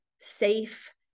safe